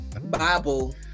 Bible